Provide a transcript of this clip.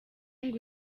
ngo